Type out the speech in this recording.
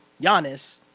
Giannis